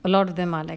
a lot of them are like